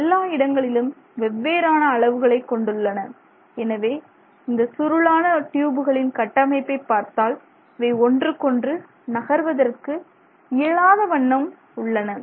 எல்லா இடங்களிலும் வெவ்வேறான அளவுகளை கொண்டுள்ளன எனவே இந்த சுருளான ட்யூபுகளின் கட்டமைப்பை பார்த்தால் இவை ஒன்றுக்கொன்று நகர்வதற்கு இயலாத வண்ணம் உள்ளன